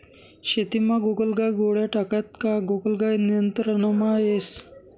शेतीमा गोगलगाय गोळ्या टाक्यात का गोगलगाय नियंत्रणमा येस